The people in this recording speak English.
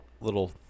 little